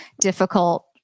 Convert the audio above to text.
difficult